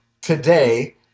today